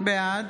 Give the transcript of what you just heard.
בעד